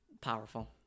Powerful